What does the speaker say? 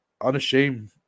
unashamed